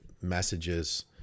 messages